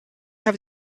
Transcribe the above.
have